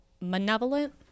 malevolent